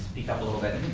speak up a little bit.